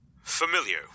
familiar